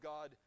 God